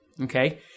okay